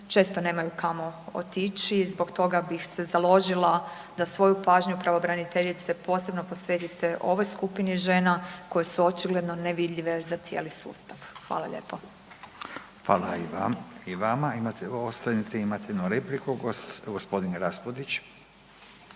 često nemaju kamo otići, zbog toga bih se založila da svoju pravobraniteljice, posebno posvetite ovoj skupini žena koje su očigledno nevidljive za cijeli sustav. Hvala lijepo. **Radin, Furio (Nezavisni)** Hvala i vama. Ostanite, imate jednu repliku, g. Raspudić.